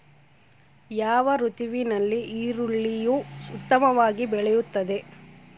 ಯಾವ ಋತುವಿನಲ್ಲಿ ಈರುಳ್ಳಿಯು ಉತ್ತಮವಾಗಿ ಬೆಳೆಯುತ್ತದೆ?